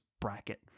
bracket